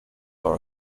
for